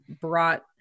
brought